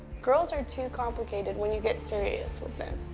girls are too complicated when you get serious with them,